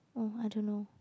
oh I don't know